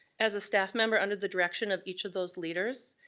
as a staff member under the direction of each of those leaders,